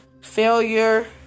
failure